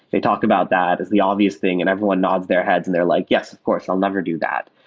they talk about that as the obvious thing and everyone nods their heads and they're like, yes. of course, i'll never do that.